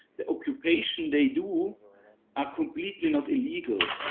the occupation they do are completely not illegal.